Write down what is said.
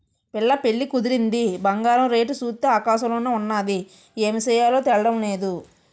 పిల్ల పెళ్లి కుదిరింది బంగారం రేటు సూత్తే ఆకాశంలోన ఉన్నాది ఏమి సెయ్యాలో తెల్డం నేదు